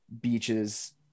beaches